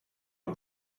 att